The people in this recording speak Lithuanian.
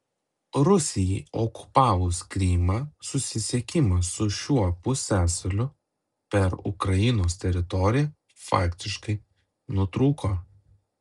rusijai okupavus krymą susisiekimas su šiuo pusiasaliu per ukrainos teritoriją faktiškai nutrūko